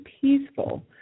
peaceful